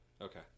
Okay